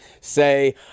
say